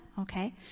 okay